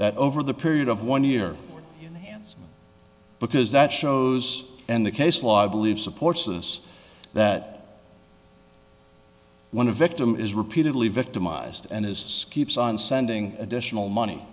that over the period of one year in the hands because that shows and the case law i believe supports this that when a victim is repeatedly victimized and his skips on sending additional money